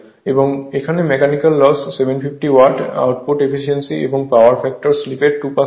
এবং এখানে mechanical loss 750 watt output efficiency এবং পাওয়ার ফ্যাক্টর স্লিপের 2 হয়